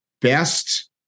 best